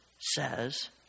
says